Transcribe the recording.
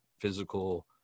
physical